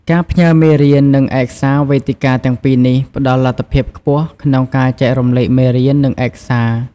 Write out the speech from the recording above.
ការផ្ញើរមេរៀន និងឯកសារវេទិកាទាំងពីរនេះផ្តល់លទ្ធភាពខ្ពស់ក្នុងការចែករំលែកមេរៀន និងឯកសារ